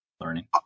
learning